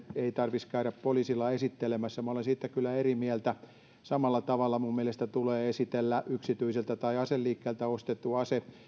ei tarvitsisi käydä poliisilla esittelemässä minä olen siitä kyllä eri mieltä samalla tavalla mielestäni tulee esitellä aseliikkeeltä kuin yksityiseltä ostettu ase